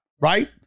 Right